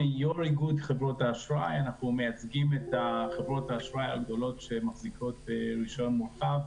אנחנו מייצגים את חברות האשראי הגדולות שמחזיקות רישיון מורחב,